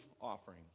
offering